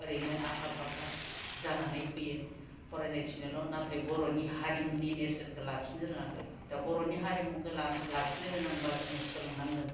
ओरैनो आखा फाखा जानानै फैयो फरायनो थिनोल' नाथाय बर'नि हारिमुनि नेरसोनखौ लाखिनो रोङा जायो दा बर'नि हारिमुखौ लाखिनोगोनांब्ला जोङो सोलोंनांगोन